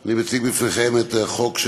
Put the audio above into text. אנחנו עוברים להצעת חוק עבודת